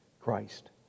Christ